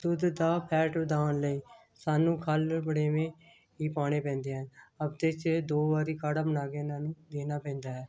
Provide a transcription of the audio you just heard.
ਦੁੱਧ ਦਾ ਫੈਟ ਵਧਾਉਂਣ ਲਈ ਸਾਨੂੰ ਖਲ੍ਹ ਵਡੇਵੇਂ ਹੀ ਪਾਉਣੇ ਪੈਂਦੇ ਹਨ ਹਫ਼ਤੇ 'ਚ ਦੋ ਵਾਰ ਕਾੜਾ ਬਣਾ ਕੇ ਉਹਨਾਂ ਨੂੰ ਦੇਣਾ ਪੈਂਦਾ ਹੈ